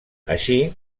així